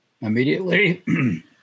Immediately